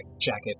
jacket